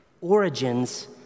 Origins